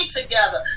together